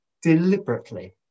deliberately